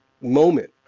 moment